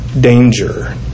danger